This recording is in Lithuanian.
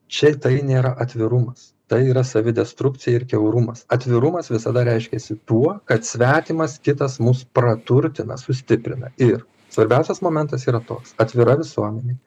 čia tai nėra atvirumas tai yra savidestrukcija ir kiaurumas atvirumas visada reiškiasi tuo kad svetimas kitas mus praturtina sustiprina ir svarbiausias momentas yra toks atvira visuomenė